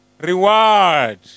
Reward